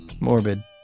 Morbid